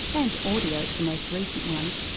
and audio to the most recent ones,